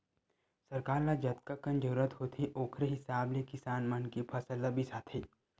सरकार ल जतकाकन जरूरत होथे ओखरे हिसाब ले किसान मन के फसल ल बिसाथे